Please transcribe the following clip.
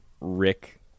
Rick